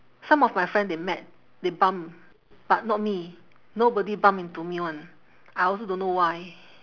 some of my friend they met they bump but not me nobody bump into me [one] I also don't know why